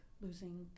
losing